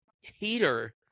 heater